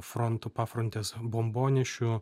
frontu pafrontės bombonešių